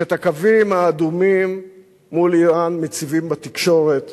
שאת הקווים האדומים מול אירן מציבים בתקשורת